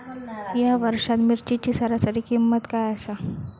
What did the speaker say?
या वर्षात मिरचीची सरासरी किंमत काय आसा?